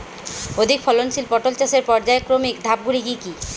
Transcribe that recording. অধিক ফলনশীল পটল চাষের পর্যায়ক্রমিক ধাপগুলি কি কি?